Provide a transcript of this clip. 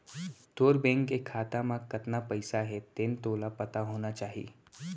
तोर बेंक के खाता म कतना पइसा हे तेन तो तोला पता होना चाही?